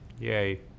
Yay